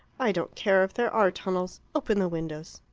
i don't care if there are tunnels open the windows.